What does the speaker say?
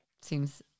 seems